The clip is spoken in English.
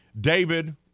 David